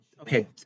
Okay